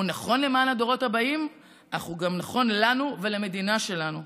הוא נכון למען הדורות הבאים אך הוא גם נכון לנו ולמדינה שלנו,